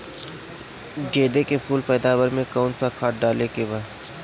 गेदे के फूल पैदवार मे काउन् सा खाद डाले के बा?